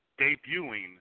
debuting